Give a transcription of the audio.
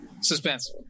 suspense